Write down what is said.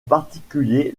particulier